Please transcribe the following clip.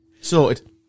Sorted